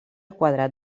quadrat